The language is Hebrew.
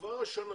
כבר השנה